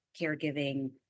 caregiving